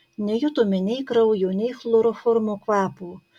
nejutome nei kraujo nei chloroformo kvapo